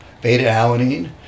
beta-alanine